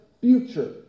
future